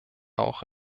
auch